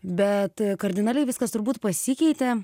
bet kardinaliai viskas turbūt pasikeitė